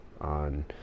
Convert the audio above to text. on